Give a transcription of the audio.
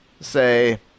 say